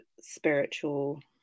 spiritual